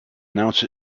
announce